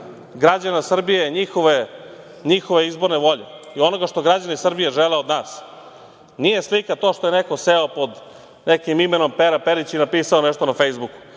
građana Srbije, njihove izborne volje i onoga što građani Srbije žele od nas. Nije slika to što je neko seo pod nekim imenom Pera Perić i napisao nešto na Fejsbuku